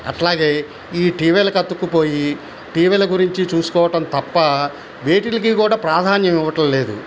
అట్లాగే ఈ టీవీలకి అతుక్కుపోయి టీవీల గురించి చూసుకోవటం తప్ప వెటిల్కి కూడా ప్రాధాన్యం ఇవ్వటం లేదు